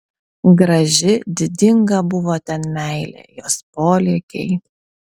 graži didinga buvo ten meilė jos polėkiai